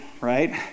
right